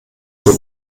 zur